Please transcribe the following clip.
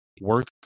Work